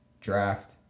draft